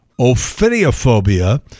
Ophidiophobia